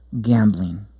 gambling